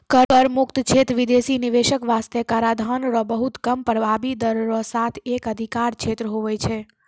कर मुक्त क्षेत्र बिदेसी निवेशक बासतें कराधान रो बहुत कम प्रभाबी दर रो साथ एक अधिकार क्षेत्र हुवै छै